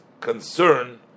concern